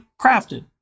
crafted